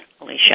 Alicia